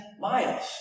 miles